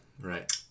right